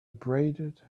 abraded